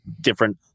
different